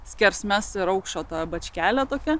skersmes ir aukščio tą bačkelę tokią